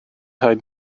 rhaid